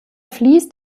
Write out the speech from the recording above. fließt